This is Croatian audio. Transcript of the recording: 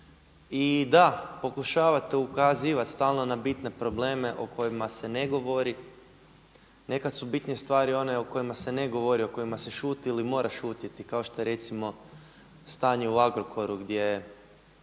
i da, pokušavate ukazivati stalno na bitne probleme o kojima se ne govori. Nekada su bitnije stvari one o kojima se ne govori, o kojima se šuti ili mora šutjeti kao što je recimo stanje u Agrokoru gdje,